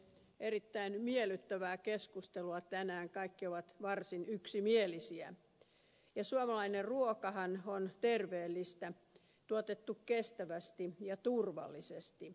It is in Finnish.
erittäin miellyttävää keskustelua tänään kaikki ovat varsin yksimielisiä ja suomalainen ruokahan on terveellistä tuotettu kestävästi ja turvallisesti